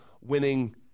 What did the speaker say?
winning